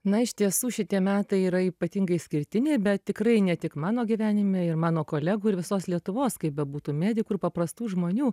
na iš tiesų šitie metai yra ypatingai išskirtiniai bet tikrai ne tik mano gyvenime ir mano kolegų ir visos lietuvos kaip bebūtų medikų ir paprastų žmonių